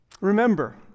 Remember